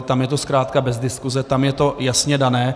Tam je to zkrátka bez diskuse, tam je to jasně dané.